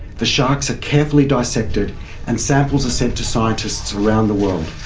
the sharks are carefully dissected and samples are sent to scientists around the world.